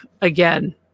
again